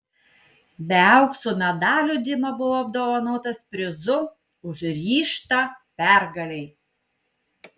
be aukso medalio dima buvo apdovanotas prizu už ryžtą pergalei